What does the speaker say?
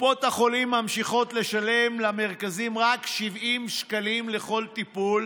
קופות החולים ממשיכות לשלם למרכזים רק 70 שקלים על כל טיפול